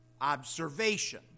observation